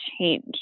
change